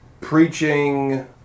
preaching